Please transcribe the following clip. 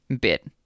bit